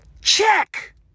check